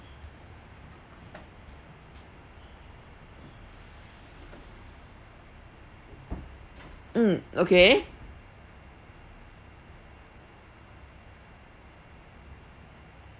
mm okay